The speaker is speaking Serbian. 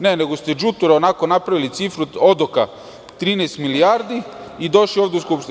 Ne, nego ste đuture, onako napravili cifru odoka od 13 milijardi i došli ovde u Skupštinu.